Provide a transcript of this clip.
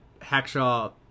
Hackshaw